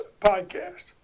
podcast